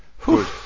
good